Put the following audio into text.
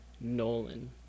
Nolan